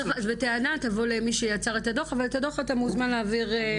בטענה תבוא למי שייצר את הדוח ,אבל את הדוח אתה מוזמן להעביר לעוזר שלי.